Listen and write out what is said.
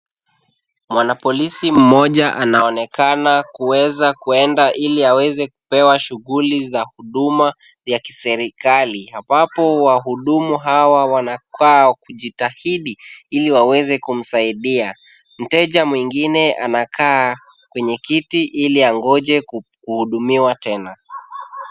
Mwanapolisi mmoja anaonekana kuweza kuenda ili aweze kupewa shughuli za huduma ya kiserekali, ambapo wahudumu hawa wanakaa kujitahidi ili waweze kumsaidia. Mteja mwingine anakaa kwenye kiti ili angoje kuhudumiwa tena.